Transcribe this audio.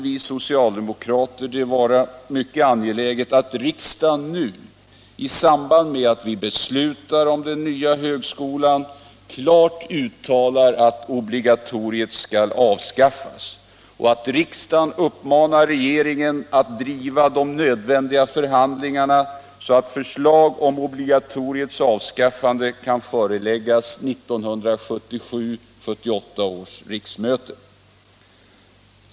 Vi socialdemokrater anser det därför vara mycket angeläget att riksdagen nu i samband med att vi beslutar om den nya högskolan klart uttalar att obligatoriet skall avskaffas och att riksdagen uppmanar regeringen att driva de nödvändiga förhandlingarna så, att förslag om obligatoriets avskaffande kan föreläggas 1977/78 års riksmöte.